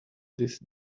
this